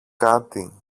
κάτι